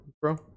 bro